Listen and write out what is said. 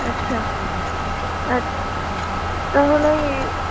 अच्छा अच हुनजी